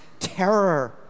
terror